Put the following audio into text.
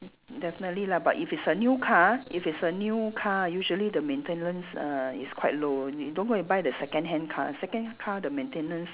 definitely lah but if it's a new car if it's a new car usually the maintenance err is quite low only don't go and buy a second hand car second hand car the maintenance